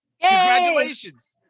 Congratulations